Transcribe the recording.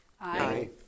Aye